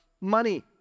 money